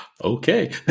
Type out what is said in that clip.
okay